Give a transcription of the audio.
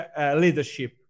leadership